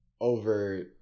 over